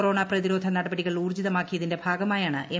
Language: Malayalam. കൊറോണ പ്രതിരോധ നടപടികൾ ഊർജ്ജിതമാക്കിയതിന്റെ ഭാഗമായാണ് എം